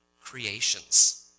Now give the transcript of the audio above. creations